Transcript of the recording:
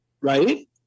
right